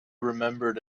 remembered